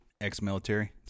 Ex-military